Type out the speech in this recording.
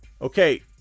Okay